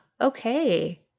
okay